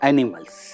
Animals